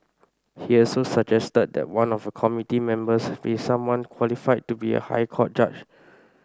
he also suggested that one of the committee members be someone qualified to be a High Court judge